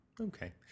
okay